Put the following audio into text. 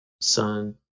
son